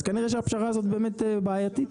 אז כנראה שהפשרה הזאת באמת בעייתית.